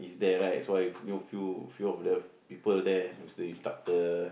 is there right so I feel feel the people there who is the instructor